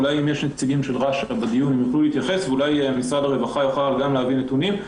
אולי נציגי רש"א בדיון יוכלו להתייחס או משרד הרווחה יוכל להביא נתונים.